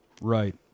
Right